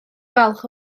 falch